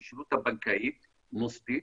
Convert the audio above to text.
המשילות הבנקאית, מוסדית,